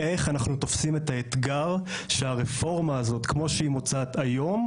איך אנחנו תופסים את האתגר שהרפורמה הזאת כמו שהיא מוצעת היום,